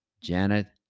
Janet